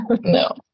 No